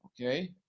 Okay